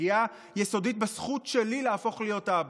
פגיעה יסודית בזכות שלי להפוך להיות אבא.